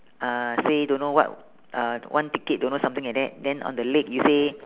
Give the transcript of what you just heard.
uh say don't know what uh one ticket don't know something like that then on the leg you say